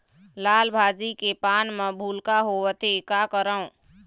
लाल भाजी के पान म भूलका होवथे, का करों?